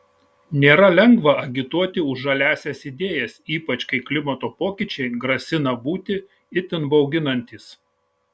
nėra lengva agituoti už žaliąsias idėjas ypač kai klimato pokyčiai grasina būti itin bauginantys